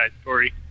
story